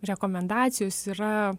rekomendacijos yra